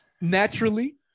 naturally